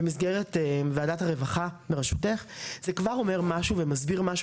במסגרת וועדת הרווחה בראשותך זה כבר אומר משהו ומסביר משהו